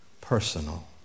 personal